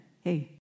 Hey